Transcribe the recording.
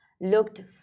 looked